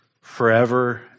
forever